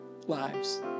lives